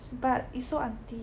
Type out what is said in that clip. but it's so aunty